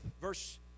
verse